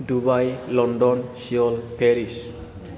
Dubai London Seoul Paris